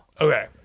okay